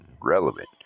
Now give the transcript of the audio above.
relevant